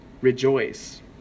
rejoice